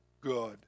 good